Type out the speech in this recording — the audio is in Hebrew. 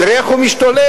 תראה איך הוא משתולל.